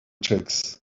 tricks